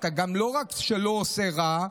לא רק שאתה לא עושה רע,